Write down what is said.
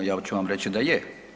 Ja ću vam reći da je.